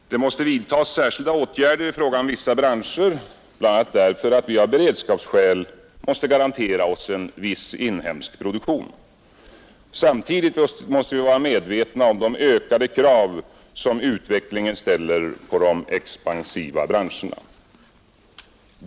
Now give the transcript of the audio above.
Det måste vidtas särskilda åtgärder i fråga om vissa branscher, bl.a. därför att vi av beredskapsskäl måste garantera oss en viss inhemsk produktion. Samtidigt måste vi vara medvetna om de ökade krav som utvecklingen ställer på de expansiva branscherna.